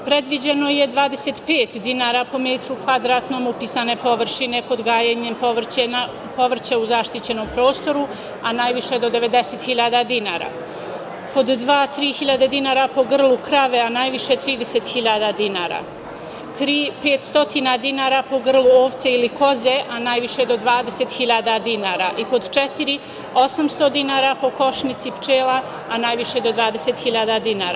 Predviđeno je 25 dinara po metru kvadratnom upisane površine kod gajenja povrća u zaštićenom prostoru, a najviše do 90.000 dinara, pod dva - 3.000 dinara po grlu krave, a najviše 30.000, tri - 500 dinara po grlu ovce ili koze, a najviše do 20.000 dinara i pod četiri - 800 dinara po košnici pčela, a najviše do 20.000 dinara.